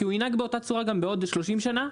כי הוא ינהג באותה צורה גם בעוד 30 שנה.